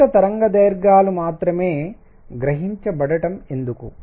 నిర్ణీత తరంగదైర్ఘ్యాలు మాత్రమే గ్రహించబడటం ఎందుకు